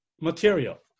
material